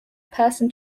person